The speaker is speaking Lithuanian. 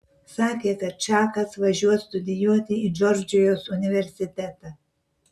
sakė kad čakas važiuos studijuoti į džordžijos universitetą